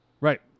Right